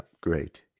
great